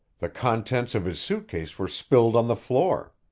the contents of his suit case were spilled on the floor.